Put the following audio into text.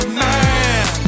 man